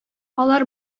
алар